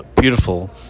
beautiful